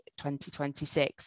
2026